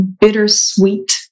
bittersweet